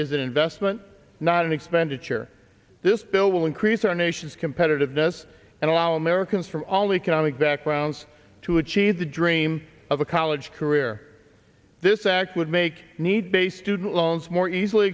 is an investment not an expenditure this bill will increase our nation's competitiveness and allow americans from all economic backgrounds to achieve the dream of a college career this act would make need a student loans more easily